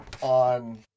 On